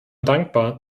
dankbar